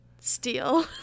steal